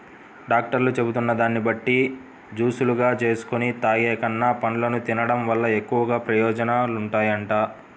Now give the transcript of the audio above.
డాక్టర్లు చెబుతున్న దాన్ని బట్టి జూసులుగా జేసుకొని తాగేకన్నా, పండ్లను తిన్డం వల్ల ఎక్కువ ప్రయోజనాలుంటాయంట